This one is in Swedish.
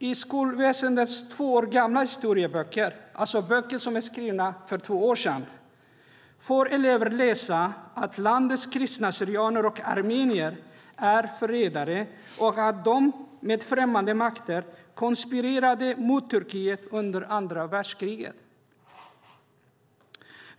I skolväsendets två år gamla historieböcker - alltså böcker som är skrivna för två år sedan - får elever läsa att landets kristna syrianer och armenier är förrädare och att de med främmande makter konspirerade mot Turkiet under andra världskriget.